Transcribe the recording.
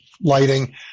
lighting